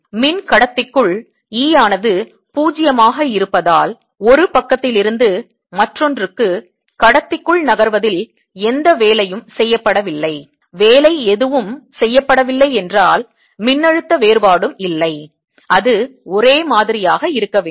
மின் கடத்திக்குள் E ஆனது 0 ஆக இருப்பதால் ஒரு பக்கத்திலிருந்து மற்றொன்றுக்கு கடத்திக்குள் நகர்த்துவதில் எந்த வேலையும் செய்யப்படவில்லை வேலை எதுவும் செய்யப்படவில்லை என்றால் மின்னழுத்த வேறுபாடும் இல்லை அது ஒரே மாதிரியாக இருக்க வேண்டும்